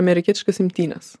amerikietiškas imtynes